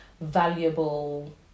valuable